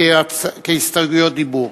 כהסתייגויות דיבור.